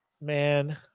man